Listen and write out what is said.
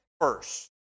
first